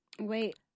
Wait